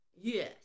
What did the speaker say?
Yes